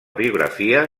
biografia